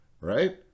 right